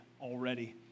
already